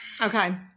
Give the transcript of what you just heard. Okay